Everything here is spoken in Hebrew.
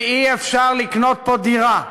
ואי-אפשר לקנות פה דירה,